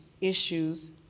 issues